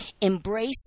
embrace